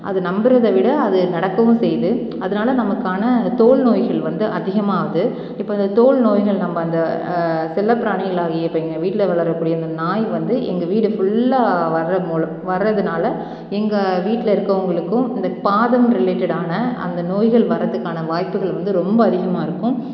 அது நம்புகிறத விட அது நடக்கவும் செய்யுது அதனால் நமக்கான தோல் நோய்கள் வந்து அதிகமாகுது இப்போ இந்த தோல் நோய்கள் நம்ம அந்த செல்லப்பிராணிகளாகிய இப்போ எங்கள் வீட்டில் வளரக்கூடிய இந்த நாய் வந்து எங்கள் வீடு ஃபுல்லாக வர மொல வர்றதுனால் எங்கள் வீட்டில் இருக்கவங்களுக்கும் இந்த பாதம் ரிலேட்டடான அந்த நோய்கள் வரதுக்கான வாய்ப்புகள் வந்து ரொம்ப அதிகமாக இருக்கும்